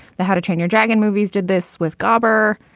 the how to train your dragon movies did this with gabber.